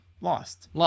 lost